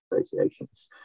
associations